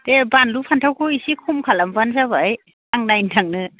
दे बानलु फान्थावखौ एसे खम खालामबानो जाबाय आं नायनो थांनो